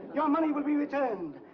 your money will be returned.